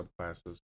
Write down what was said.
subclasses